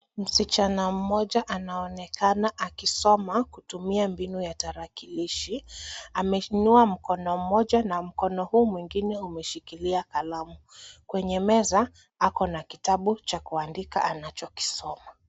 Msichana mmoja anaonekana akisoma kutumia mbinu ya tarakilishi. Ameinua mkono mmoja na mkono huu mwingine ameshikilia kalamu. Kwenye meza ako na kitabu cha kuandika anachokisoma.